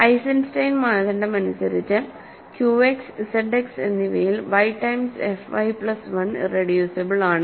Eisenstein മാനദണ്ഡമനുസരിച്ച് Q X Z X എന്നിവയിൽ y times fy plus 1 irreducible ആണ്